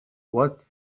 what